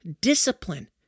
discipline